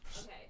okay